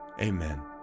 amen